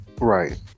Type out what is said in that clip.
right